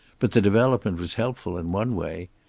but the development was helpful in one way.